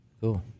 Cool